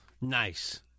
nice